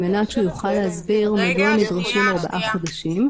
על מנת שהוא יוכל להסביר מדוע נדרשים ארבעה חודשים.